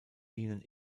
dienen